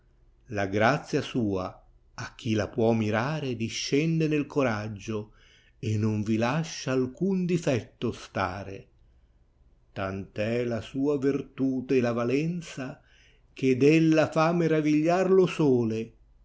la grazia sua a chi la può mirare discende nel coraggio e non yi lascia alcdn difetto stare tante'ia sua vertute e la valenza ched ella fa meravigliar lo sole